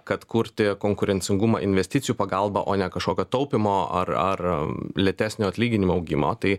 kad kurti konkurencingumą investicijų pagalba o ne kažkokio taupymo ar ar lėtesnio atlyginimų augimo tai